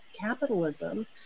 capitalism